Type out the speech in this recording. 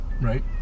right